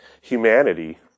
humanity